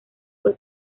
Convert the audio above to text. fue